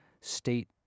state